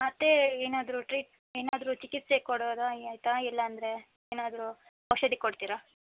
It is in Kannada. ಮತ್ತೆ ಏನಾದ್ರೂ ಟ್ರೀಟ್ ಏನಾದ್ರೂ ಚಿಕಿತ್ಸೆ ಕೊಡೋದು ಆಯಿತಾ ಇಲ್ಲಾಂದ್ರೆ ಏನಾದರು ಔಷಧಿ ಕೊಡ್ತೀರಾ